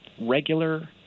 regular